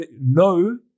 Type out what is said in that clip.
no